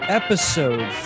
episode